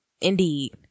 Indeed